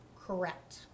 Correct